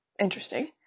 Interesting